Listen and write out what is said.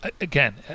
Again